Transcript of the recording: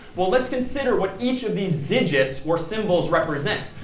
well, let's consider what each of these digits or symbols represents.